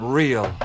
real